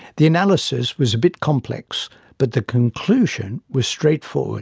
the analysis was a bit complex but the conclusion was straightforward